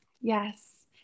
yes